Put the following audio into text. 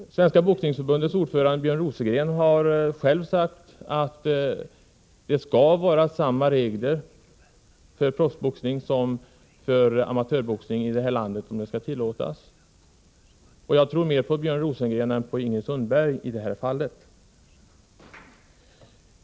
Svenska boxningsförbundets ordförande Björn Rosengren har själv sagt att det skall vara samma regler för proffsboxning som för amatörboxning i det här landet om den skall tillåtas. Och jag tror mer på Björn Rosengren än på Ingrid Sundberg i detta fall.